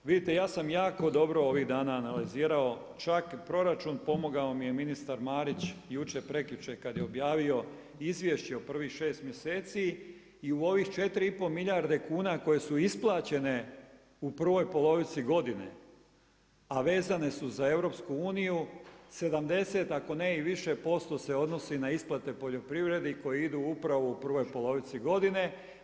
Vidite ja sam jako dobro ovih dana analizirao čak i proračun, pomogao mi je ministar Marić jučer, prekjučer kada je objavio izvješće o prvih šest mjeseci i u ovih 4,5 milijarde kuna koje su isplaćene u prvoj polovici godine, a vezane su za EU 70 ako ne i više posto se odnosi na isplate poljoprivredi koje idu upravo u prvoj polovici godine.